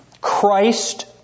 Christ